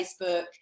Facebook